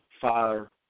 fire